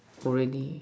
already